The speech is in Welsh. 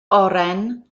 oren